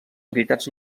veritats